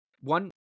one